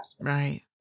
Right